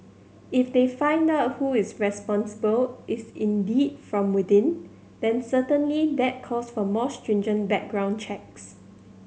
if they find out who is responsible is indeed from within then certainly that calls for more stringent background checks